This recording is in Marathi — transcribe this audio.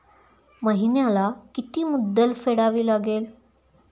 महिन्याला किती मुद्दल फेडावी लागेल?